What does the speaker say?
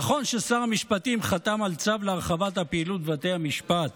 נכון ששר המשפטים חתם על צו להרחבת הפעילות בבתי המשפט,